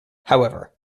however